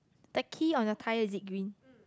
the key on your tire is it green